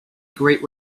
great